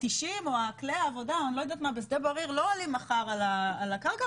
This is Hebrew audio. כלי העבודה בשדה בריר לא עולים מחר על הקרקע,